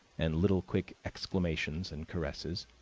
and little quick exclamations and caresses.